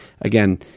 Again